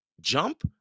Jump